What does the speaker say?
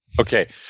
Okay